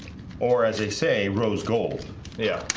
or as they say rose gold yeah,